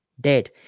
dead